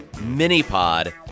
mini-pod